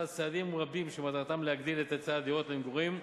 צעדים רבים שמטרתם להגדיל את היצע הדירות למגורים,